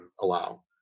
allow